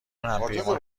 همپیمان